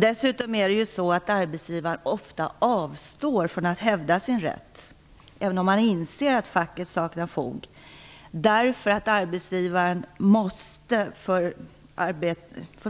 Dessutom är det så att arbetsgivaren ofta avstår från att hävda sin rätt, även om han inser att facket saknar fog, därför att för